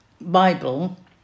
Bible